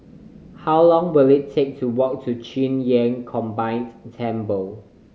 how long will it take to walk to Qing Yun Combined Temple